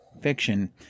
fiction